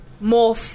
more